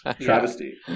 Travesty